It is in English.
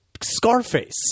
scarface